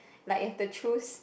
like if you had to choose